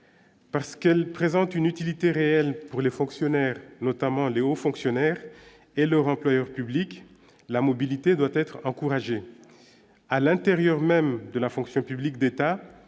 parce qu'elles présentent une utilité réelle pour les fonctionnaires notamment Les Hauts fonctionnaires et leur employeur public la mobilité doit être encouragé à l'intérieur même de la fonction publique d'État,